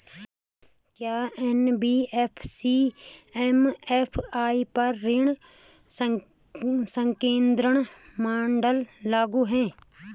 क्या NBFC MFI पर ऋण संकेन्द्रण मानदंड लागू हैं?